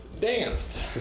danced